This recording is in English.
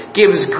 gives